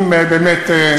אם באמת,